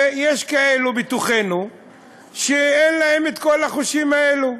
ויש כאלה בתוכנו שאין להם כל החושים האלה,